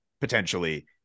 potentially